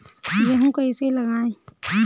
गेहूँ कैसे लगाएँ?